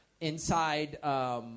inside